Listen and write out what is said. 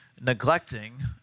neglecting